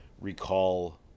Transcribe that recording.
recall